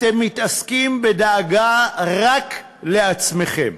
אתם מתעסקים בדאגה רק לעצמכם,